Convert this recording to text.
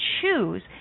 choose